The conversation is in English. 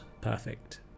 perfect